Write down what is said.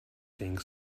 sing